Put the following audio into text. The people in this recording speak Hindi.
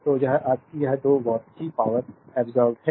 तो यह आपकी यह 2 वाट की पावरअब्सोर्बेद है